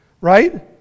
right